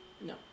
No